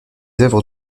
œuvres